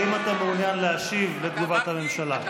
האם אתה מעוניין להשיב על תגובת הממשלה?